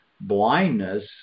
blindness